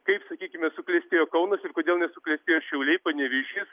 kaip sakykime suklestėjo kaunas ir kodėl nesuklestėjo šiauliai panevėžys